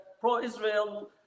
pro-Israel